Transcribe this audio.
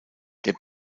der